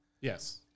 Yes